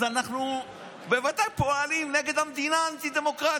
אז אנחנו פועלים נגד המדינה האנטי-דמוקרטית.